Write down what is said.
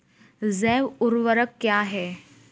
जैव ऊर्वक क्या है?